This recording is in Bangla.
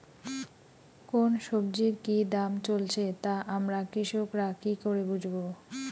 কোন সব্জির কি দাম চলছে তা আমরা কৃষক রা কি করে বুঝবো?